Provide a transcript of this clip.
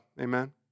Amen